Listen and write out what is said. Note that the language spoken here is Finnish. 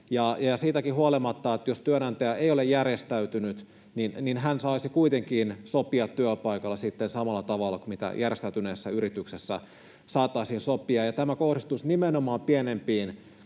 siitäkin huolimatta, että työnantaja ei ole järjestäytynyt, hän saisi kuitenkin sopia työpaikalla sitten samalla tavalla kuin järjestäytyneessä yrityksessä saataisiin sopia, ja tämä kohdistuisi nimenomaan pienempiin